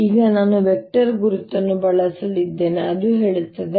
ಈಗ ನಾನು ವೆಕ್ಟರ್ ಗುರುತನ್ನು ಬಳಸಲಿದ್ದೇನೆ ಅದು ಹೇಳುತ್ತದೆ